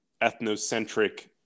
ethnocentric